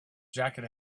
jacket